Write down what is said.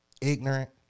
ignorant